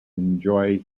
enjoy